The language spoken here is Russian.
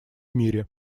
мире